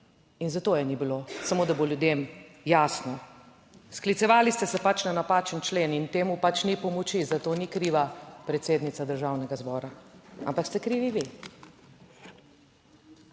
In zato je ni bilo, samo da bo ljudem jasno. Sklicevali ste se pač na napačen člen in temu pač ni pomoči. Za to ni kriva predsednica Državnega zbora, ampak ste krivi vi.